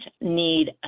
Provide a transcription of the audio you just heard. need